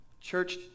Church